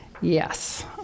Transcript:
Yes